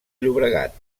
llobregat